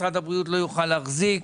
משרד הבריאות לא יוכל להחזיק,